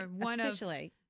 Officially